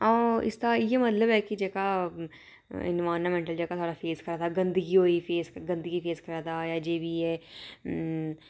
हां इसदा इ'यै मतलब ऐ कि जेह्का इनवायरनमेंट जेह्का साढ़े फेस करै दा गंदगी होई फेस गंदगी फेस करै दा जे किश बी ऐ